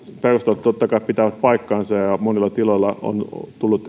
perustat totta kai pitävät paikkansa ja ja monilla tiloilla on tullut